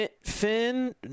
Finn